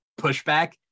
pushback